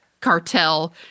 cartel